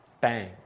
bang